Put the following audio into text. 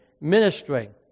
ministering